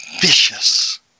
vicious